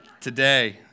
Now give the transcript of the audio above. today